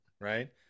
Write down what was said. right